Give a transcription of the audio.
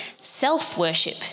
Self-worship